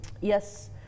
yes